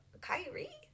Kyrie